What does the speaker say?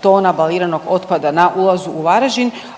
tona baliranog otpada na ulazu u Varaždin